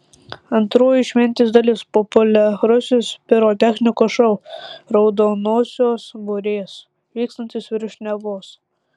antroji šventės dalis populiarusis pirotechnikos šou raudonosios burės vykstantis virš nevos